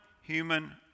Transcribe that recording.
human